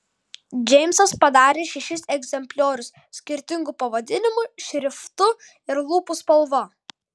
džeimsas padarė šešis egzempliorius skirtingu pavadinimų šriftu ir lūpų spalva